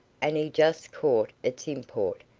and he just caught its import,